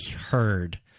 heard